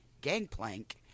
gangplank